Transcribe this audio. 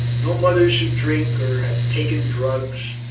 no mothers who drink or have taken drugs,